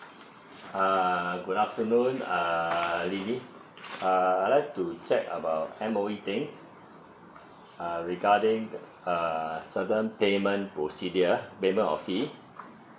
err good afternoon err lily err I like to check about M_O_E things err regarding uh certain payment procedure payment of fee